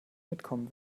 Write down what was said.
mitkommen